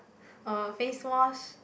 uh face wash